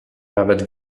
nawet